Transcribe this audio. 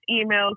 email